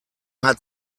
hat